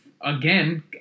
again